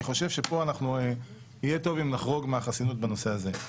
אני חושב שיהיה טוב אם נחרוג מהחסינות בנושא הזה.